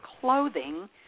clothing